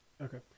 Okay